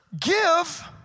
Give